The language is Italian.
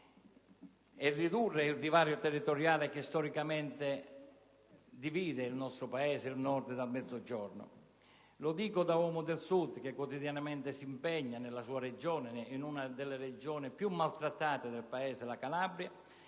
e ridurre il divario territoriale che storicamente divide il nostro Paese, il Nord dal Mezzogiorno. Lo dico da uomo del Sud che quotidianamente si impegna nella Regione di appartenenza, una delle Regioni più maltrattate del Paese: la Calabria.